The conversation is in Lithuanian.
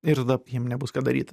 ir tada jiem nebus ką daryti